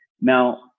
Now